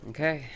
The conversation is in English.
Okay